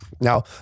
now